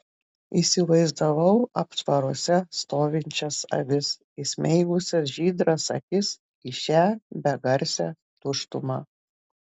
įsivaizdavau aptvaruose stovinčias avis įsmeigusias žydras akis į šią begarsę tuštumą